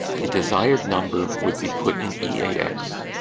the desired number would be put in eax.